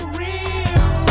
real